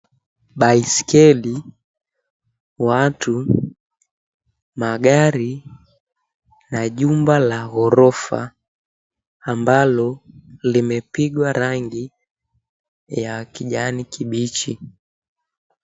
Baiskeli, watu, magari, na jumba la gorofa ambalo limepigwa rangi ya kijani kibichi.